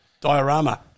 Diorama